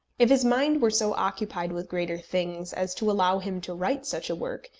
if his mind were so occupied with greater things as to allow him to write such a work,